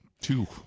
Two